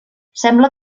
sembla